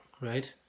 right